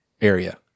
area